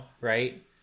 right